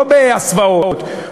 לא בהסוואות,